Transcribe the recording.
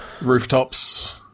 rooftops